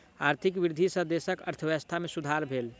आर्थिक वृद्धि सॅ देशक अर्थव्यवस्था में सुधार भेल